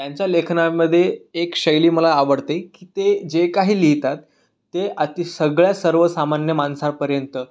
त्यांच्या लेखनामध्ये एक शैली मला आवडते की ते जे काही लिहितात ते अति सगळ्यात सर्वसामान्य माणसांपर्यंत